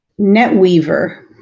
Netweaver